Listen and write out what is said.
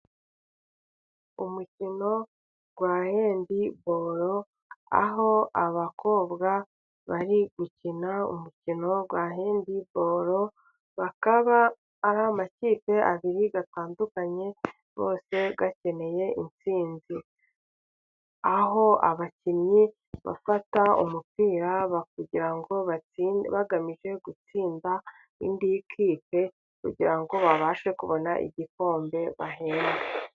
Umukino wa hendibolo, aho abakobwa bari gukina umukino wa hendibolo ,bakaba ari amakipe abiri atandukanye yose akeneye insinzi ,aho abakinnyi bafata umupira kugira batsinde ,bagamije gutsinda indi kipe kugira ngo babashe kubona igikombe bahembwe.